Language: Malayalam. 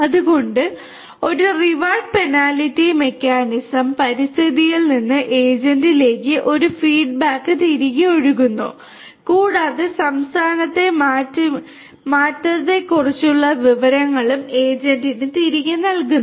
അതിനാൽ ഒരു റിവാർഡ് പെനാൽറ്റി മെക്കാനിസം പരിസ്ഥിതിയിൽ നിന്ന് ഏജന്റിലേക്ക് ഒരു ഫീഡ്ബാക്ക് തിരികെ ഒഴുകുന്നു കൂടാതെ സംസ്ഥാനത്തെ മാറ്റത്തെക്കുറിച്ചുള്ള വിവരങ്ങളും ഏജന്റിന് തിരികെ നൽകുന്നു